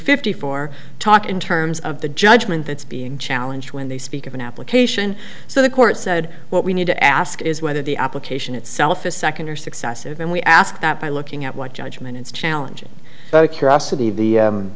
fifty four talk in terms of the judgment that's being challenged when they speak of an application so the court said what we need to ask is whether the application itself is second or successive and we ask that by looking at what judgments challenging the